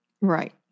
Right